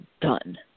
done